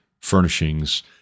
furnishings